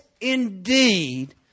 indeed